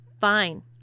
Fine